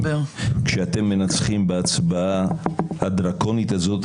כשאתם מנצחים בהצבעה הדרקונית הזאת,